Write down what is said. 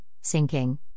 sinking